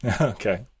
Okay